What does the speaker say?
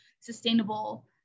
sustainable